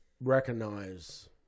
recognize